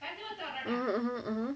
(uh huh) (uh huh) (uh huh)